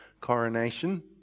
coronation